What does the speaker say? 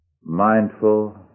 mindful